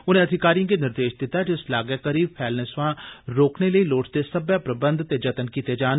उनें अधिकारिएं गी निर्देष दित्ता जे इस लागै गी फैलने सवां रोकने लेई लोड़चदे सब्बे प्रबंध ते जत्न कीते जान